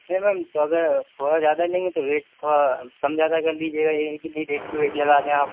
نہیں میم تو اگر تھوڑا زیادہ لیں گے تو ریٹ تھوڑا کم زیادہ کر لیجیے گا یہ نہیں کہ ریٹ ٹو ریٹ لگا دیں آپ